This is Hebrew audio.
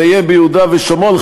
זה יהיה ביהודה ושומרון.